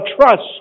trust